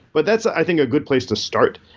but that's, i think, a good place to start.